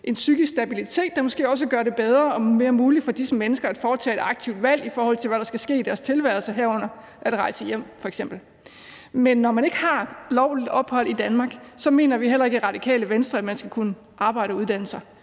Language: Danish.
en psykisk stabilitet, der måske også gør det bedre og mere muligt for disse mennesker at foretage et aktivt valg, i forhold til hvad der skal ske i deres tilværelse, herunder f.eks. at rejse hjem. Men når man ikke har lovligt ophold i Danmark, mener vi heller ikke i Radikale Venstre, at man skal kunne arbejde og uddanne sig,